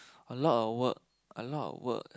a lot of work a lot of work